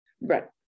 Right